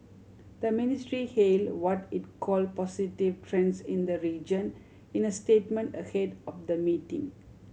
the ministry hail what it called positive trends in the region in a statement ahead of the meeting